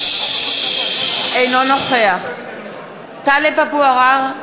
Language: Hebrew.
אינו נוכח טלב אבו עראר,